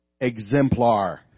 exemplar